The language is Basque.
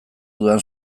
dudan